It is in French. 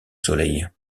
soleil